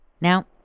Now